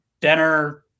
dinner